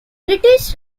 british